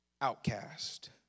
outcast